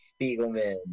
Spiegelman